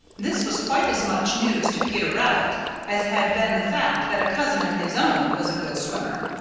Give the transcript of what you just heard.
this was quite as much news to peter rabbit as had been the fact that a cousin of his own was a good swimmer,